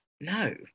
no